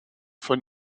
von